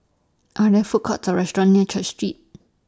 Are There Food Courts Or restaurants near Church Street